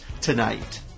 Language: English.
tonight